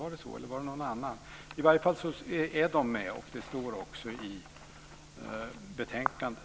I varje fall är de med, och det står också i betänkandet, vilket gläder också mig. Tack för ordet!